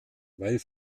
weil